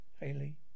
Haley